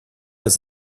was